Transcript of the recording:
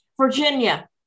Virginia